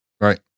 right